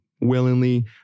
willingly